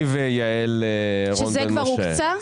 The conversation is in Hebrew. זה כבר הוקצה?